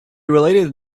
related